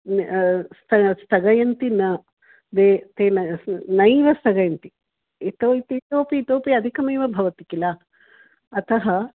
स् स्थगयन्ति न दे ते न नैव स्थगयन्ति इतो इतोपि इतोपि अधिकमेव भवति किल अतः